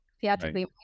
theatrically